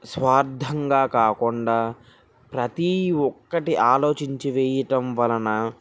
స్వార్ధంగా కాకుండా ప్రతీ ఒక్కటీ ఆలోచించి వేయటం వలన